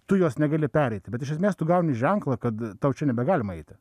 tu jos negali pereiti bet iš esmės tu gauni ženklą kad tau čia nebegalima eiti